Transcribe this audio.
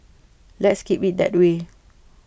let's keep IT that way